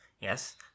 Yes